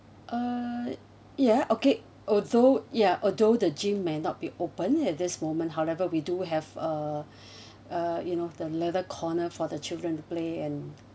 uh ya okay although yeah although the gym may not be open at this moment however we do have uh uh you know the little corner for the children to play and